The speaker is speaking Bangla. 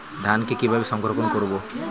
ধানকে কিভাবে সংরক্ষণ করব?